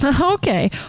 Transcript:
okay